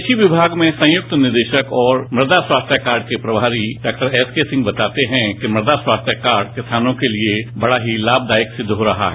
कृषि विभाग में संयुक्त निदेशक और मृदा स्वास्थ्य कार्ड के प्रमारी डॉक्टर एस के सिंह बताते हैं कि मृदा स्वास्थ्य कार्ड किसानों के लिए बड़ा ही लाभदायक सिद्ध हो रहा है